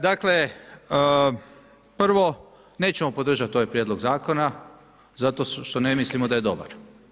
Dakle, prvo, nećemo podržati ovaj Prijedlog Zakona zato što ne mislimo da je dobar.